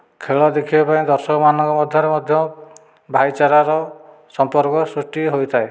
ଖେଳ ଦେଖିବା ପାଇଁ ଦର୍ଶକ ମାନଙ୍କ ମଧ୍ୟରେ ମଧ୍ୟ ଭାଇଚାରାର ସମ୍ପର୍କ ସୃଷ୍ଟି ହୋଇଥାଏ